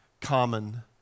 common